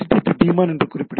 டீமான் என்று குறிப்பிடுகிறோம்